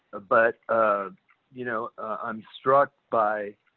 ah but um you know i'm struck by